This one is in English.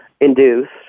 induced